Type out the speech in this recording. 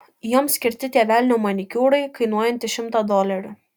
joms skirti tie velnio manikiūrai kainuojantys šimtą dolerių